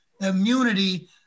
immunity